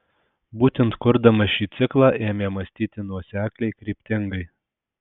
būtent kurdamas šį ciklą ėmė mąstyti nuosekliai kryptingai